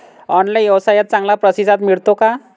Online व्यवसायात चांगला प्रतिसाद मिळतो का?